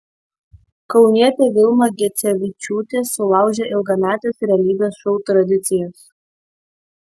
kaunietė vilma gecevičiūtė sulaužė ilgametes realybės šou tradicijas